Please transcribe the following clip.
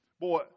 Boy